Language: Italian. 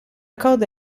coda